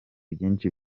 byinshi